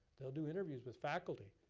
they'll do interview with faculty.